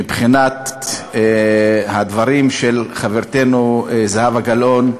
מבחינת הדברים של חברתנו זהבה גלאון,